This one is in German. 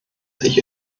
sich